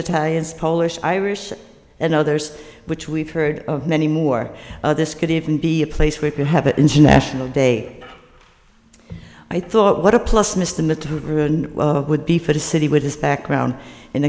italians polish irish and others which we've heard of many more this could even be a place where if you have it international day i thought what a plus missed the material would be for the city with his background